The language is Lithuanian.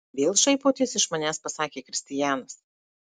vėl šaipotės iš manęs pasakė kristianas